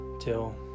till